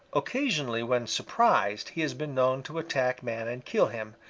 occasionally when surprised he has been known to attack man and kill him,